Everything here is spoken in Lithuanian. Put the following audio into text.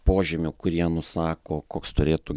požymių kurie nusako koks turėtų